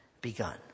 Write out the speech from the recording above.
begun